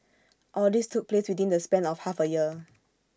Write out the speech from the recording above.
all this took place within the span of half A year